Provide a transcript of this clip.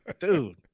Dude